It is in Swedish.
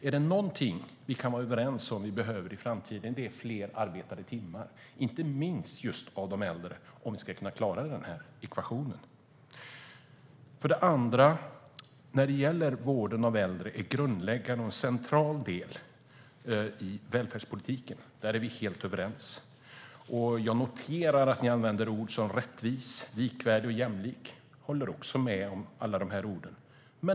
Är det någonting vi kan vara överens om att vi behöver i framtiden är det fler arbetade timmar, inte minst av just de äldre, om vi ska klara den här ekvationen. För det andra är vården av äldre en grundläggande och central del av välfärdspolitiken. Där är vi helt överens. Jag noterar att ni använder ord som rättvis, likvärdig och jämlik. Jag håller med om alla de orden.